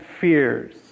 fears